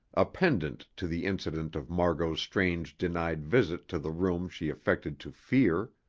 a pendant to the incident of margot's strange denied visit to the room she affected to fear.